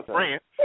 France